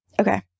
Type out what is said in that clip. Okay